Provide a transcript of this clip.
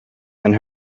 and